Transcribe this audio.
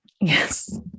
Yes